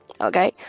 okay